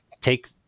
take